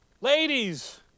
Ladies